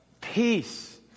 Peace